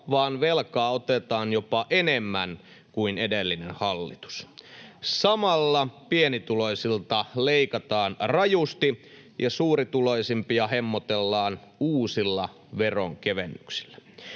vaan velkaa otetaan jopa enemmän kuin edellinen hallitus otti. [Välihuuto vasemmalta] Samalla pienituloisilta leikataan rajusti ja suurituloisimpia hemmotellaan uusilla veronkevennyksillä.